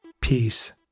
peace